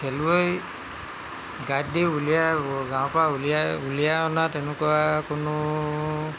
খেলুৱৈ গাইড দি উলিয়াই গাঁৱৰপৰা উলিয়াই উলিয়াই অনা তেনেকুৱা কোনো